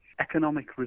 Economic